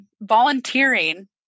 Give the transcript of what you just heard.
Volunteering